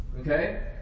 okay